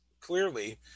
clearly